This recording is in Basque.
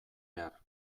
behar